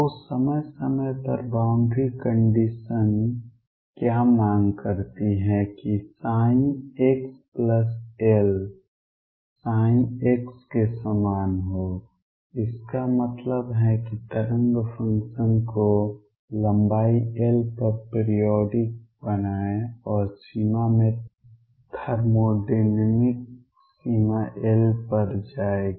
तो समय समय पर बाउंड्री कंडीशन क्या मांग करती है कि xL ψ के समान हो इसका मतलब है तरंग फंक्शन को लंबाई L पर पीरिऑडिक बनाएं और सीमा में थर्मोडायनामिक सीमा L पर पर जाएगी